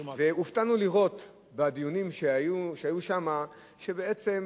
והופתענו לראות בדיונים שהיו שם שבעצם